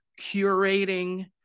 curating